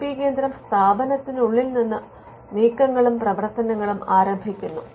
I P കേന്ദ്രം സ്ഥാപനത്തിനുള്ളിൽ നിന്ന് നീക്കങ്ങളും പ്രവർത്തനങ്ങളും ആരംഭിക്കുന്നു